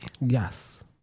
yes